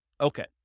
Okay